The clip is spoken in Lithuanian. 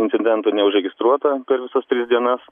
incidentų neužregistruota per visas tris dienas